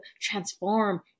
transform